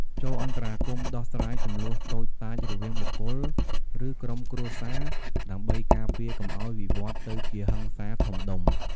ចូលអន្តរាគមន៍ដោះស្រាយជម្លោះតូចតាចរវាងបុគ្គល ឬក្រុមគ្រួសារ ដើម្បីការពារកុំឱ្យវិវឌ្ឍន៍ទៅជាហិង្សាធំដុំ។